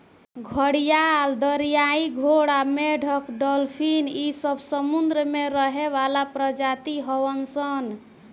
घड़ियाल, दरियाई घोड़ा, मेंढक डालफिन इ सब समुंद्र में रहे वाला प्रजाति हवन सन